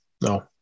No